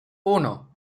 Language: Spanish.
uno